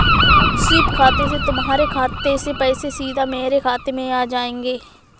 SVEEP खाते से तुम्हारे खाते से पैसे सीधा मेरे खाते में आ जाएंगे